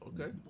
okay